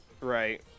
right